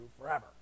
forever